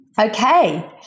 Okay